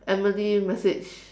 Amberly messaged